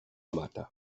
mata